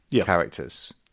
characters